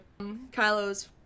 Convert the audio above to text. Kylo's